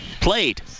played